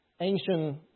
ancient